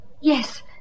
Yes